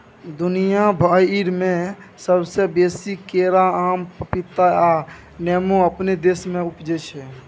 दुनिया भइर में सबसे बेसी केरा, आम, पपीता आ नेमो अपने देश में उपजै छै